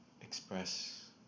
express